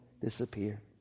disappear